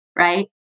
right